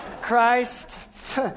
Christ